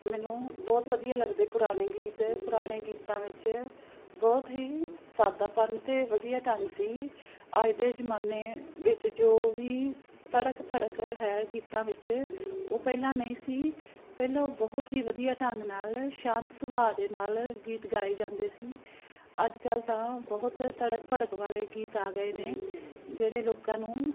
ਮੈਨੂੰ ਬਹੁਤ ਵਧੀਆ ਲੱਗਦੇ ਪੁਰਾਣੇ ਗੀਤ ਪੁਰਾਣੇ ਗੀਤਾਂ ਵਿੱਚ ਬਹੁਤ ਹੀ ਸਾਦਾਪਨ ਅਤੇ ਵਧੀਆ ਢੰਗ ਸੀ ਅੱਜ ਦੇ ਜ਼ਮਾਨੇ 'ਚ ਜੋ ਵੀ ਤੜਕ ਭੜਕ ਹੈ ਗੀਤਾਂ ਵਿੱਚ ਉਹ ਪਹਿਲਾਂ ਨਹੀਂ ਸੀ ਪਹਿਲਾਂ ਉਹ ਬਹੁਤ ਹੀ ਵਧੀਆ ਢੰਗ ਨਾਲ ਸ਼ਾਂਤ ਸੁਭਾਅ ਦੇ ਨਾਲ ਗੀਤ ਗਾਏ ਜਾਂਦੇ ਸੀ ਅੱਜ ਕੱਲ੍ਹ ਤਾਂ ਬਹੁਤ ਤੜਕ ਭੜਕ ਵਾਲੇ ਗੀਤ ਆ ਗਏ ਨੇ ਜਿਹੜੇ ਲੋਕਾਂ ਨੂੰ